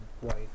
white